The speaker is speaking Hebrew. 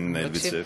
של מנהל בית-ספר.